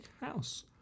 House